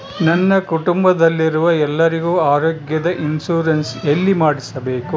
ನನ್ನ ಕುಟುಂಬದಲ್ಲಿರುವ ಎಲ್ಲರಿಗೂ ಆರೋಗ್ಯದ ಇನ್ಶೂರೆನ್ಸ್ ಎಲ್ಲಿ ಮಾಡಿಸಬೇಕು?